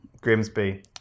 Grimsby